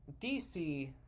dc